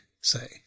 say